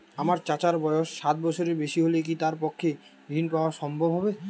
আমার চাচার বয়স ষাট বছরের বেশি হলে কি তার পক্ষে ঋণ পাওয়া সম্ভব হবে?